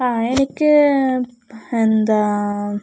ആ എനിക്ക് എന്താ